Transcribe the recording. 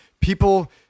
people